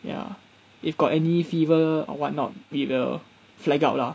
ya if got any fever or what not we will flag out lah